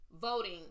voting